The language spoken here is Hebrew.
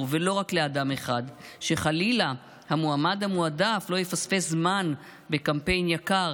ולא רק לאדם אחד שחלילה המועמד המועדף לא יפספס זמן בקמפיין יקר,